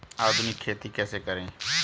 आधुनिक खेती कैसे करें?